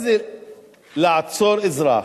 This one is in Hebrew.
מה זה לעצור אזרח,